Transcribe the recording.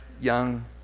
young